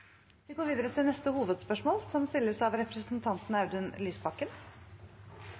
Vi går videre til neste hovedspørsmål.